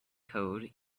code